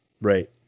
Right